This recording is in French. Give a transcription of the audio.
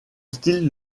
style